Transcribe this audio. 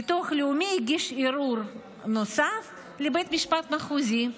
ביטוח לאומי הגיש ערעור נוסף לבית המשפט המחוזי,